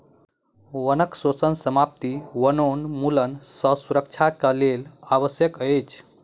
वनक शोषण समाप्ति वनोन्मूलन सँ सुरक्षा के लेल आवश्यक अछि